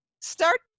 start